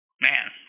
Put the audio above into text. Man